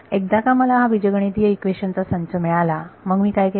एकदा का मला हा बीजगणितीय इक्वेशन चा संच मिळाला मग मी काय केले